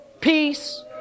peace